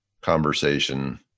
conversation